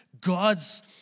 God's